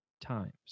times